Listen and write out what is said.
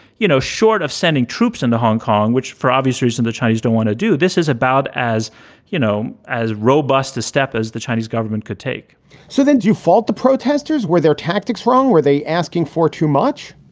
you know, short of sending troops into hong kong, which for obvious reason the chinese don't want to do this, is about, as you know, as robust a step as the chinese government could take so then do you fault the protesters? were their tactics wrong? were they asking for too much?